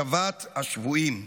השבת השבויים.